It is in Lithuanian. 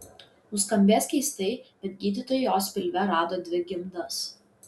nuskambės keistai bet gydytojai jos pilve rado dvi gimdas